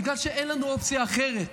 בגלל שאין לנו אופציה אחרת.